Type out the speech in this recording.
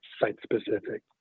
site-specific